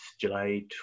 July